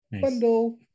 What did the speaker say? Bundle